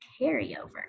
carryover